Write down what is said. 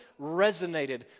resonated